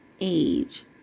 age